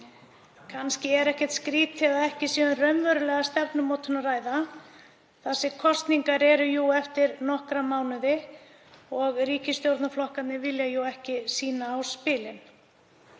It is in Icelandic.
Kannski er ekkert skrýtið að ekki sé um raunverulega stefnumótun að ræða þar sem kosningar eru jú eftir nokkra mánuði og ríkisstjórnarflokkarnir vilja ekki sýna á spilin.